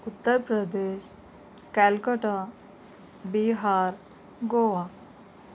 Uttar Pradesh Calcutta Bihar Goa